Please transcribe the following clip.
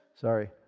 Sorry